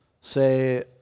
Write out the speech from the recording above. say